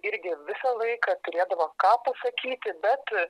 irgi visą laiką turėdavo ką pasakyti bet a